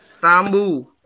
Tambu